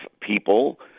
people